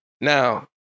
Now